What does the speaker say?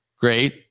great